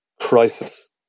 crisis